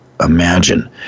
imagine